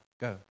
go